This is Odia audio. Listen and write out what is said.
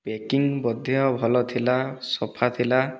ପ୍ୟାକିଂ ମଧ୍ୟ ଭଲ ଥିଲା ସଫା ଥିଲା